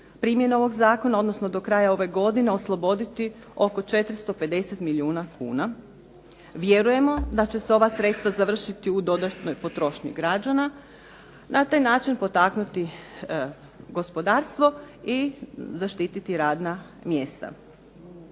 primjene ovog zakona, odnosno do kraja ove godine osloboditi oko 450 milijuna kuna. Vjerujemo da će ova sredstva završiti u dodatnoj potrošnji građana, na taj način potaknuti gospodarstvo i zaštititi radna mjesta.